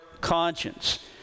conscience